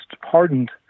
hardened